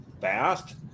fast